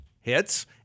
hits